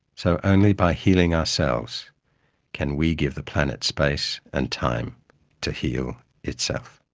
so only by healing ourselves can we give the planet space and time to heal itself.